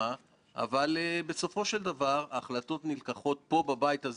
זה בכלל לא נחסם בוועדות אלא נחסם אולי דרך השרים,